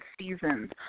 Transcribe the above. seasons